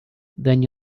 then